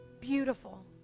beautiful